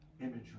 imagery